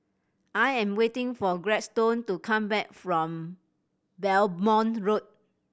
I am waiting for Gladstone to come back from Belmont Road